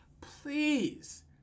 please